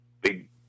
big